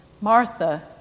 Martha